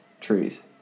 trees